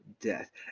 death